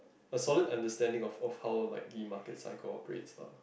a solid understanding of of how like the market cycle operates lah